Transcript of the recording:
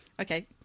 Okay